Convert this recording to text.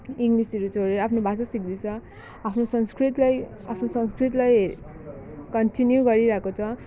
इङ्लिसहरू छोडेर आफ्नो भाषा सिक्दैछ आफ्नो संस्कृतिलाई आफ्नो संस्कृतिलाई कन्टिन्यू गरिरहेको छ